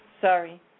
Sorry